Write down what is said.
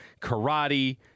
karate